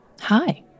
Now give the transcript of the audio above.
Hi